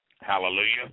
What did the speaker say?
Hallelujah